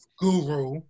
guru